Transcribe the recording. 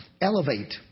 Elevate